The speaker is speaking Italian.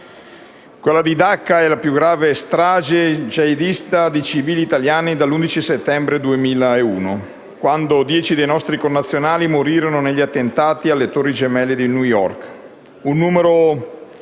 Quella di Dacca è la giù grave strage jihadista di civili italiani dall'11 settembre 2001, quando 10 nostri connazionali morirono negli attentati alle Torri gemelle di New York. Un numero